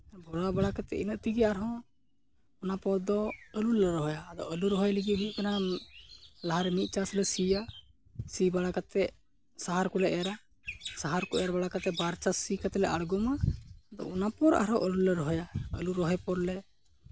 ᱵᱷᱚᱨᱟᱣ ᱵᱟᱲᱟ ᱠᱟᱛᱮᱫ ᱤᱱᱟᱹᱜ ᱛᱮᱜᱮ ᱟᱨᱦᱚᱸ ᱚᱱᱟ ᱯᱚᱨ ᱫᱚ ᱟᱹᱞᱩ ᱞᱮ ᱨᱚᱦᱚᱭᱟ ᱟᱹᱞᱩ ᱨᱚᱦᱚᱭ ᱞᱟᱹᱜᱤᱫ ᱦᱩᱭᱩᱜ ᱠᱟᱱᱟ ᱞᱟᱦᱟᱨᱮ ᱢᱤᱫ ᱪᱟᱥ ᱞᱮ ᱥᱤᱭᱟ ᱥᱤ ᱵᱟᱲᱟ ᱠᱟᱛᱮᱫ ᱥᱟᱦᱟᱨ ᱠᱚᱞᱮ ᱮᱨᱼᱟ ᱥᱟᱦᱟᱨ ᱠᱚ ᱮᱨ ᱵᱟᱲᱟ ᱠᱟᱛᱮᱫ ᱵᱟᱨ ᱪᱟᱥ ᱥᱤ ᱠᱟᱛᱮᱫ ᱞᱮ ᱟᱬᱜᱚᱢᱟ ᱟᱫᱚ ᱚᱱᱟ ᱯᱚᱨ ᱟᱨᱦᱚᱸ ᱟᱹᱞᱩ ᱞᱮ ᱨᱚᱦᱚᱭᱟ ᱟᱹᱞᱩ ᱨᱚᱦᱚᱭ ᱯᱚᱨ ᱞᱮ